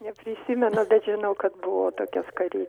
neprisimenu bet žinau kad buvo toki skarytė